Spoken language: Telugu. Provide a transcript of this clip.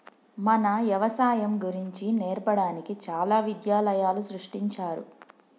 మన యవసాయం గురించి నేర్పడానికి చాలా విద్యాలయాలు సృష్టించారు